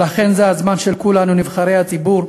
ולכן זה הזמן של כולנו, נבחרי הציבור